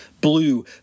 blue